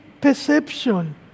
perception